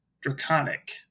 draconic